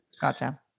Gotcha